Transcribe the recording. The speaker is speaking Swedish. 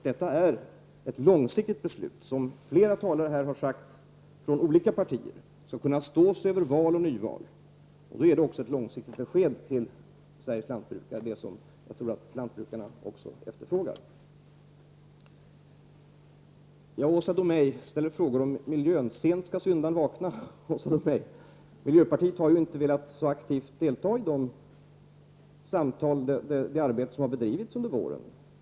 Det är, som flera talare från olika partier här har påpekat, ett långsiktigt beslut som skall kunna stå sig över val och nyval. Och beskedet till Sveriges lantbrukare är också det som jag tror att de efterfrågar. Åsa Domeij ställer frågor om miljön. Sent skall syndaren vakna, Åsa Domeij. Miljöpartiet har inte velat delta så aktivt i de samtal och det arbete som har bedrivits under våren.